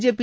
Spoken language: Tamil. ஜேபி